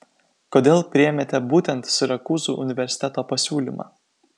kodėl priėmėte būtent sirakūzų universiteto pasiūlymą